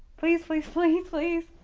please please please please?